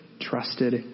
trusted